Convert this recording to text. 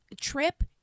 trip